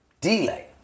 Delay